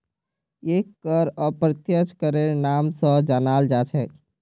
एक कर अप्रत्यक्ष करेर नाम स जानाल जा छेक